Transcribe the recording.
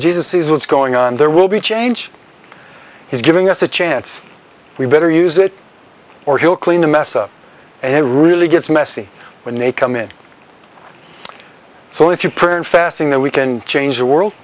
jesus is what's going on there will be change he's giving us a chance we better use it or he'll clean the mess up a really gets messy when they come in so if you print fasting then we can change the world